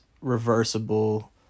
reversible